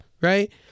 right